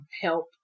help